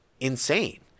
insane